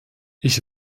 ich